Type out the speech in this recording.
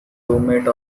roommate